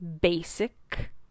basic